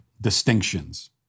distinctions